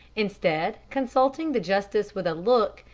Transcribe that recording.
instead, consulting the justice with a look,